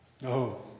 No